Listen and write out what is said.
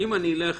אם אני אלך